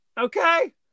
okay